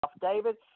David